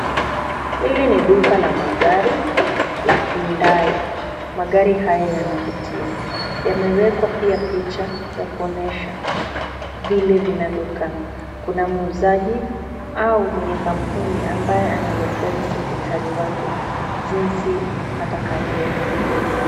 Hili ni duka la magari la Hyundai. Magari haya yanavutia. Yaemwekwa pia picha ya kuonyesha vile vinavyokaa. Kuna muuzaji au mwenye kampuni ambaye anaelekeza secretary jinsi atakavyoviuza.